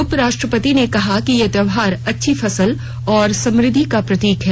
उपराष्ट्रपति ने कहा कि ये त्यौहार अच्छी फसल और समृद्धि के प्रतीक हैं